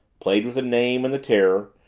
played with the name and the terror,